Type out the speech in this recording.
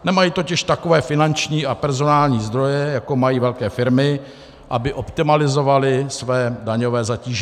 Nemají totiž takové finanční a personální zdroje, jako mají velké firmy, aby optimalizovali své daňové zatížení.